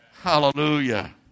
Hallelujah